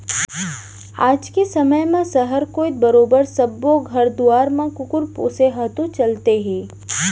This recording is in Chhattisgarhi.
आज के समे म सहर कोइत बरोबर सब्बो घर दुवार म कुकुर पोसे ह तो चलते हे